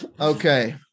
Okay